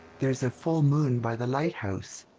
there's full moon by the lighthouse.